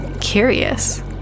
Curious